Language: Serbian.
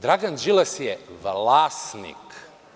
Dragan Đilas je vlasnik.